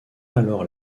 alors